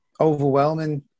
overwhelming